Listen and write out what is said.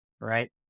right